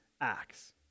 acts